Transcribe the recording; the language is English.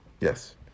Yes